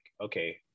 okay